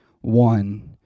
one